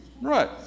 Right